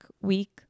week